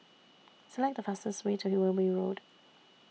Select The fastest Way to Wilby Road